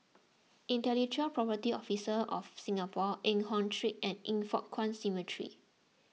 Intellectual Property Office of Singapore Eng Hoon Street and Yin Foh Kuan Cemetery